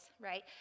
right